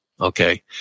Okay